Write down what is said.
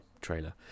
trailer